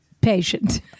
patient